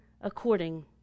according